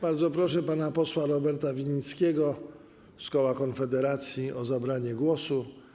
Bardzo proszę pana posła Roberta Winnickiego z koła Konfederacja o zabranie głosu.